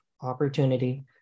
opportunity